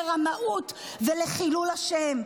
לרמאות ולחילול השם.